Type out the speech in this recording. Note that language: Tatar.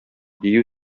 дию